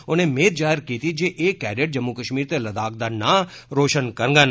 उने मेद जाहर कीती जे एह् कैंडेटे जम्मू कष्मीर ते लद्दाख दा नांऽ रोषन करडन